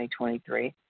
2023